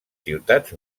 ciutats